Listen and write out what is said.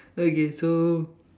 okay so